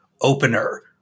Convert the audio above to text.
opener